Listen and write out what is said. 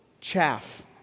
chaff